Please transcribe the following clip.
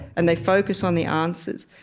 and they focus on the answers.